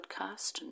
podcast